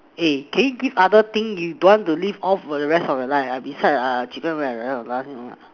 eh can you give other thing you don't want to live off for the rest of your life I decide are chicken rice ah Nasi-Lemak